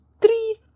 three